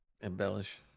embellish